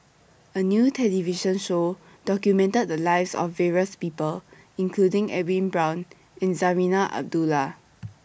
A New television Show documented The Lives of various People including Edwin Brown and Zarinah Abdullah